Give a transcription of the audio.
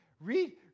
Read